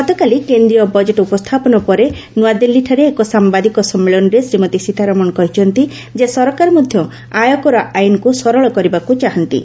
ଗତକାଲି କେନ୍ଦ୍ରୀୟ ବଜେଟ୍ ଉପସ୍ଥାପନ ପରେ ନୂଆଦିଲ୍ଲୀଠାରେ ଏକ ସାମ୍ଭାଦିକ ସମ୍ମିଳନୀରେ ଶ୍ରୀମତୀ ସୀତାରମଣ କହିଛନ୍ତି ଯେ ସରକାର ମଧ୍ୟ ଆୟକର ଆଇନକୁ ସରଳ କରିବାକୁ ଚାହାନ୍ତି